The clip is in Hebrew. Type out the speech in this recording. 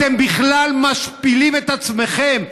אתם בכלל משפילים את עצמכם.